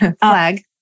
Flag